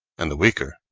and the weaker,